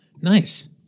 Nice